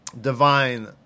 divine